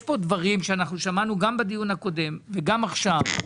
יש פה דברים שאנחנו שמענו גם בדיון הקודם וגם עכשיו.